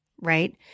right